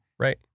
Right